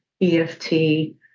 EFT